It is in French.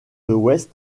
ouest